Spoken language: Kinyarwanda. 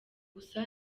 gusa